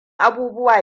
abubuwa